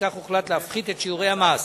לפיכך הוחלט להפחית את שיעורי המס